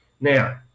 now